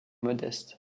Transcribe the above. modestes